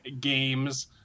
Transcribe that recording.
games